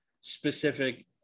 specific